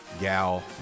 gal